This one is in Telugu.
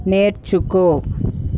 నేర్చుకో